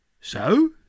So